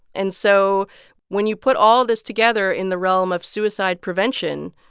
and so when you put all this together in the realm of suicide prevention,